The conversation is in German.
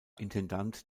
intendant